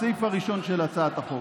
בסעיף הראשון של הצעת החוק.